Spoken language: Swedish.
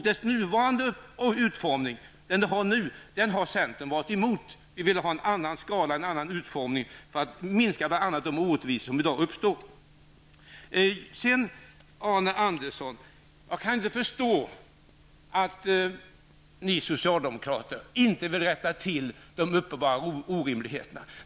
Dess nuvarande utformning har centern varit emot -- vi ville ha en annan utformning, bl.a. för att minska de orättvisor som i dag uppstår. Jag kan inte förstå, Arne Andersson, att ni socialdemokrater inte vill rätta till de uppenbara orimligheterna.